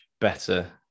Better